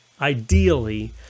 ideally